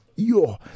Yo